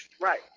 Right